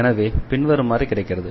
எனவே பின்வருமாறு கிடைக்கிறது